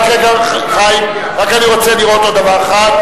רק רגע, חיים, רק אני רוצה לראות עוד דבר אחד,